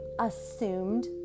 assumed